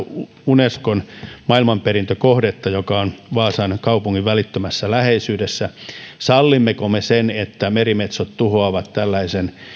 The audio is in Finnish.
unescon maailmanperintökohteen kohdalla joka on vaasan kaupungin välittömässä läheisyydessä sallimmeko me sen että merimetsot tuhoavat tällaisen